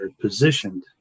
positioned